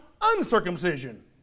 uncircumcision